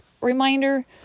reminder